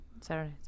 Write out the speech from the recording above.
Saturday